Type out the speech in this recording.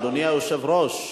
אדוני היושב-ראש,